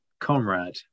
Comrade